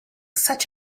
such